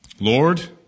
Lord